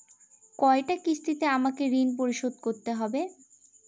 কয়টা কিস্তিতে আমাকে ঋণ পরিশোধ করতে হবে?